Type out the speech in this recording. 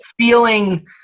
feeling